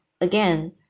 again